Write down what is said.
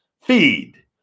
Feed